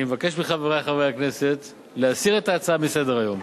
אני מבקש מחברי חברי הכנסת להסיר את ההצעה מסדר-היום.